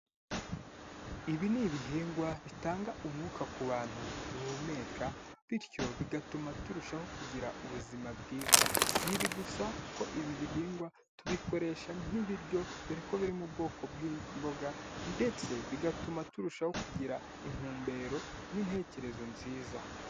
Ibi ni ibihingwa bitanga umwuka ku bantu duhumeka, bityo bigatuma turushaho kugira ubuzima bwiza. Si ibi gusa kuko ibi bihingwa tubikoresha nk'ibiryo, dore ko biri mu bwoko bw'imboga ndetse bigatuma turushaho kugira intumbero n'intekerezo nziza.